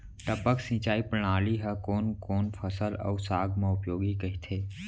टपक सिंचाई प्रणाली ह कोन कोन फसल अऊ साग म उपयोगी कहिथे?